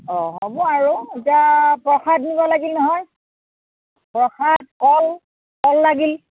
অঁ হ'ব আৰু এতিয়া প্ৰসাদ নিব লাগিল নহয় প্ৰসাদ কল কল লাগিল